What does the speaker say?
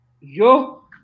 Yo